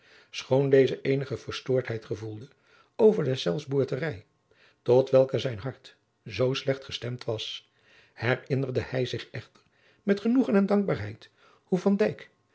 deze eenige verstoordheid gevoelde over deszelfs boerterij tot welke zijn hart zoo slecht gestemd was herinnerde hij zich echter met genoegen en dankbaarheid hoe